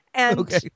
Okay